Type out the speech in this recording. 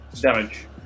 damage